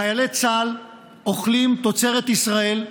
חיילי צה"ל אוכלים מתוצרת ישראל,